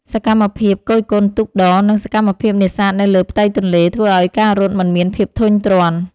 សកម្មភាពគយគន់ទូកដរ និងសកម្មភាពនេសាទនៅលើផ្ទៃទន្លេ ធ្វើឱ្យការរត់មិនមានភាពធុញទ្រាន់។